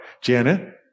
Janet